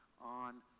on